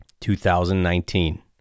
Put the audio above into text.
2019